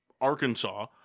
Arkansas